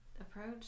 Approach